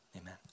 amen